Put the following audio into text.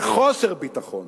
וחוסר ביטחון,